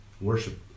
worship